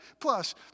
Plus